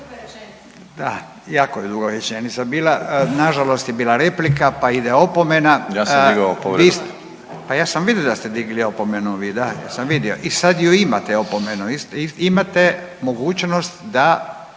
Da, jako je duga rečenica bila. Nažalost je bila replika pa ide opomena. …/Upadica: Ja sam digao opomenu./… Vi, pa ja sam vidio da ste digli opomenu vi, da ja sam vidio i sad ju imate opomenu, imate mogućnost da